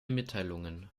mitteilungen